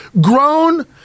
grown